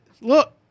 look